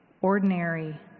ordinary